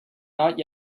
not